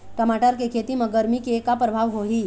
टमाटर के खेती म गरमी के का परभाव होही?